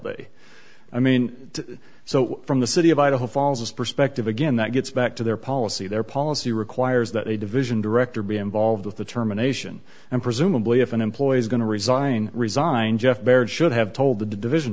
day i mean so from the city of idaho falls perspective again that gets back to their policy their policy requires that a division director be involved with the terminations and presumably if an employee is going to resign resign jeff baird should have told the division